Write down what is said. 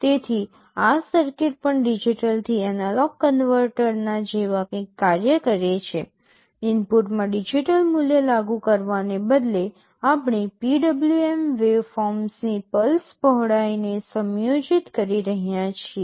તેથી આ સર્કિટ પણ ડિજિટલ થી એનાલોગ કન્વર્ટરના જેવા કંઈક કાર્ય કરે છે ઇનપુટમાં ડિજિટલ મૂલ્ય લાગુ કરવાને બદલે આપણે PWM વેવફોર્મની પલ્સ પહોળાઈને સમયોજિત કરી રહ્યા છીએ